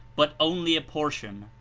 but only a portion,